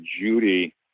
Judy